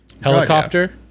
helicopter